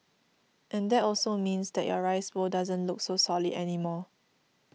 and that also means that your rice bowl doesn't look so solid anymore